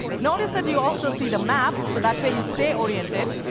notice that you also see the map so that way you stay oriented.